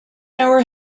our